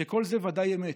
שכל זה ודאי אמת,